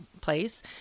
place